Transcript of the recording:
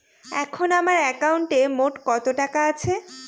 এখন আমার একাউন্টে মোট কত টাকা আছে?